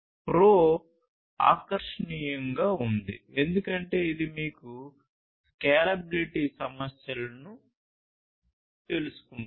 pro ఆకర్షణీయంగా ఉంది ఎందుకంటే ఇది మీకు స్కేలబిలిటీ సమస్యలను తెలుసుకుంటుంది